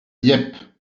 dieppe